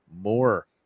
more